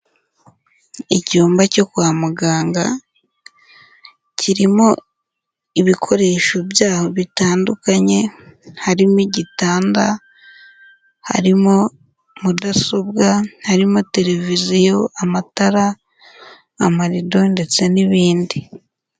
Icyumba cyo kwa muganga, kirimo ibikoresho byaho bitandukanye, harimo igitanda, harimo mudasobwa, harimo tereviziyo, amatara, amarido ndetse n'ibindi.